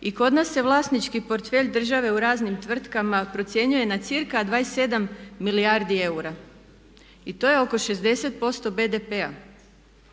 I kod nas se vlasnički portfelj države u raznim tvrtkama procjenjuje na cirka 27 milijardi eura i to je oko 60% BDP-a,